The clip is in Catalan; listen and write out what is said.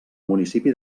municipi